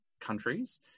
countries